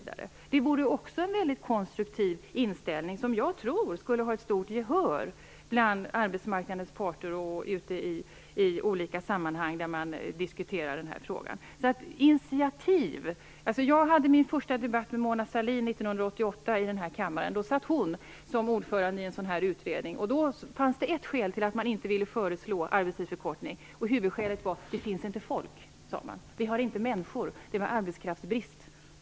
Det vore också en väldigt konstruktiv inställning som jag tror skulle ha ett stort gehör bland arbetsmarknadens parter och i olika sammanhang där man diskuterar denna fråga. Det behövs initiativ. Jag hade min första debatt med Mona Sahlin 1988 i denna kammare. Då satt hon som ordförande i en sådan utredning. Då fanns det ett skäl till att man inte ville föreslå arbetstidsförkortning. Skälet var att det inte fanns folk. Man sade att vi inte hade människor. Det var arbetskraftsbrist.